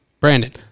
Brandon